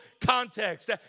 context